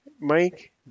Mike